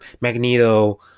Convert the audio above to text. Magneto